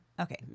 Okay